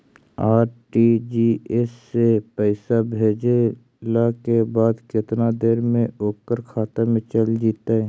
RTGS से पैसा भेजला के बाद केतना देर मे ओकर खाता मे चल जितै?